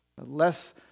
less